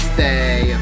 Stay